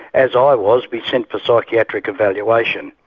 as i was, be sent for psychiatric evaluation.